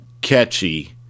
catchy